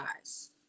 eyes